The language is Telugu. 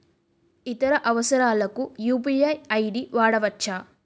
ఇతర అవసరాలకు యు.పి.ఐ ఐ.డి వాడవచ్చా?